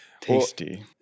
Tasty